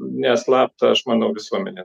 neslapta aš manau visuomenė